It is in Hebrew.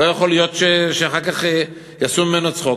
לא יכול להיות שאחר כך יעשו ממנו צחוק.